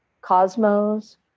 Cosmos